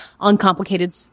uncomplicated